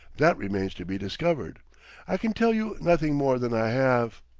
that remains to be discovered i can tell you nothing more than i have.